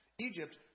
Egypt